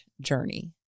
journey